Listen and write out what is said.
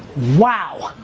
wow!